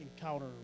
encounter